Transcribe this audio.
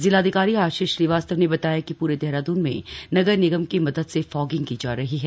जिलाधिकारी आशीष श्रीवास्तव ने बताया कि प्रे देहराद्रन में नगर निगम की मदद से फॉगिंग की जा रही है